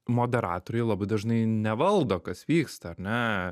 moderatoriai labai dažnai nevaldo kas vyksta ar ne